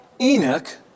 Enoch